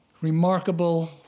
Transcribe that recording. Remarkable